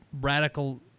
radical